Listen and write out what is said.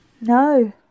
No